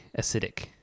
acidic